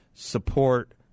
support